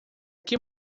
que